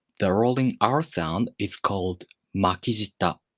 the rolling r sound is called makijita.